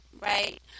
right